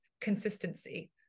consistency